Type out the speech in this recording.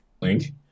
link